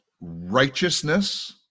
righteousness